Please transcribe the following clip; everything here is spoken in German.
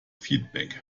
feedback